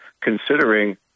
considering